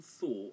thought